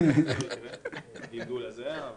ובעניינים של מינויים ההכרות האישית היא המכרעת.